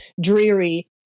dreary